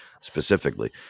specifically